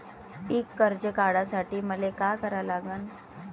पिक कर्ज काढासाठी मले का करा लागन?